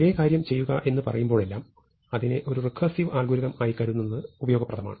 ഒരേ കാര്യം ചെയ്യുക എന്ന് പറയുമ്പോഴെല്ലാം അതിനെ ഒരു റെക്കേർസിവ് അൽഗോരിതം ആയി കരുതുന്നത് ഉപയോഗപ്രദമാണ്